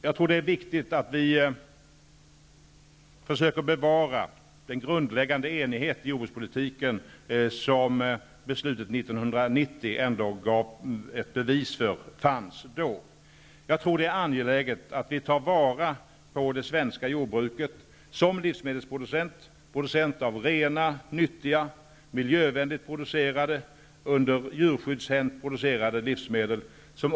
Jag tror att det är viktigt att vi försöker bevara den grundläggande enighet i jordbrukspolitiken som beslutet 1990 ändå bevisade fanns då. Jag tror att det är angeläget att vi tar vara på det svenska jordbruket som livsmedelsproducent, producent av rena, nyttiga livsmedel, livsmedel producerade på ett miljövänligt sätt och med beaktande av djurskyddshänsyn.